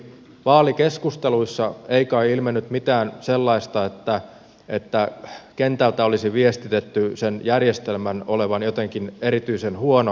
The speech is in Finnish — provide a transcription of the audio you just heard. vaalikeskusteluissa ei kai ilmennyt mitään sellaista että kentältä olisi viestitetty sen esitetyn järjestelmän olevan jotenkin erityisen huono